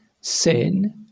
sin